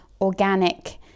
organic